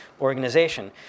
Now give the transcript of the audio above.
organization